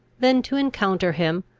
than to encounter him,